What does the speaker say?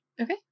Okay